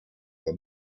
for